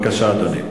הבעת עמדה אחרת.